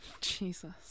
Jesus